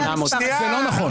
1,800. זה לא נכון.